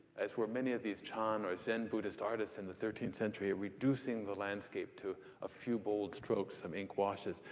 as were many of these chan or zen buddhist artists in the thirteenth century, at reducing the landscape to a few bold strokes, some ink washes.